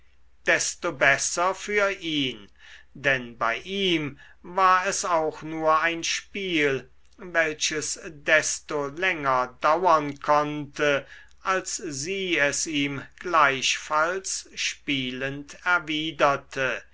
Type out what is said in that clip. desto besser für ihn denn bei ihm war es auch nur spiel welches desto länger dauern konnte als sie es ihm gleichfalls spielend erwiderte